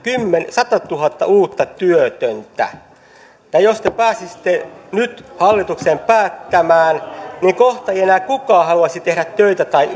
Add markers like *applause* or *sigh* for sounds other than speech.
satatuhatta uutta työtöntä jos te pääsisitte nyt hallitukseen päättämään niin kohta ei enää kukaan haluaisi tehdä töitä tai *unintelligible*